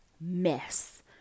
mess